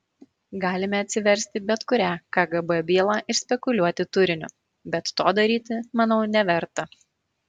galime atsiversti bet kurią kgb bylą ir spekuliuoti turiniu bet to daryti manau neverta